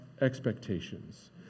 expectations